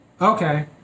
okay